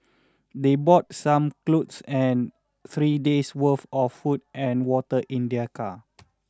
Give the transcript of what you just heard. they brought some clothes and three days' worth of food and water in their car